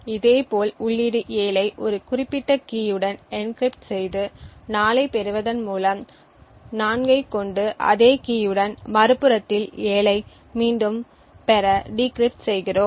இதேபோல் உள்ளீடு 7 ஐ ஒரு குறிப்பிட்ட கீயுடன் எனகிரிப்ட் செய்து 4 ஐப் பெறுவதன் மூலமும் 4 ஐக் கொண்டு அதே கீயுடன் மறுபுறத்தில் 7 ஐ மீண்டும் பெற டிக்ரிப்ட் செய்கிறோம்